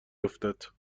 افتاد